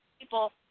people